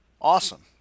Awesome